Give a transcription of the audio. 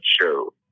Show